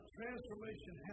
transformation